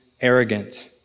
Arrogant